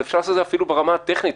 אבל אפשר לעשות את זה אפילו ברמה הטכנית,